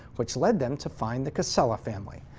which led them to find the casella family.